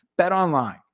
BetOnline